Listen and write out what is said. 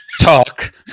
Talk